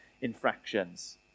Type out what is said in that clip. infractions